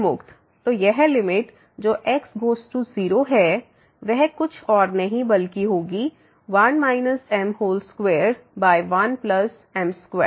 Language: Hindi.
तो यह लिमिट जो x→0 है वह कुछ और नहीं होगी बल्कि होगी 1 m21m2